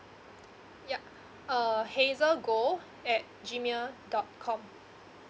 yup uh hazel goh at G mail dot com